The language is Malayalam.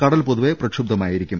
കടൽ പൊതുവെ പ്രക്ഷുബ്ധമായിരിക്കും